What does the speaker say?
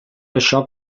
això